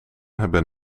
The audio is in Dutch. hebben